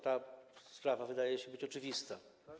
Ta sprawa wydaje się oczywista.